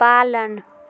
पालन